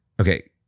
okay